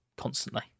constantly